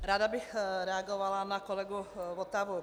Ráda bych reagovala na kolegu Votavu.